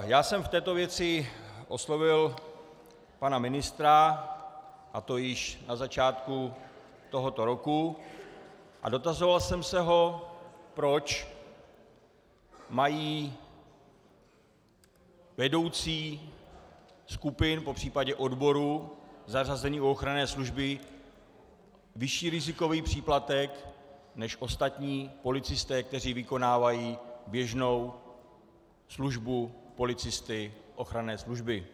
Já jsem v této věci oslovil pana ministra, a to již na začátku tohoto roku, a dotazoval jsem se ho, proč mají vedoucí skupin, popř. odborů zařazení u ochranné služby vyšší rizikový příplatek než ostatní policisté, kteří vykonávají běžnou službu policisty ochranné služby.